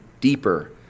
deeper